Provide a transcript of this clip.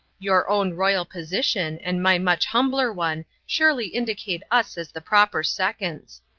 your own royal position and my much humbler one surely indicate us as the proper seconds.